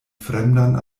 fremdan